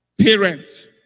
Parents